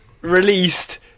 released